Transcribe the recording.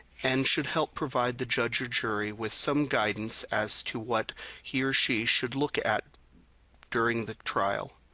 and should help provide the judge or jury with some guidance as to what he or she should look at during the trial.